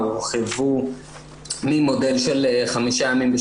הורחבו ממודל של חמישה ימים,